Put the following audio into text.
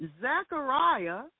Zechariah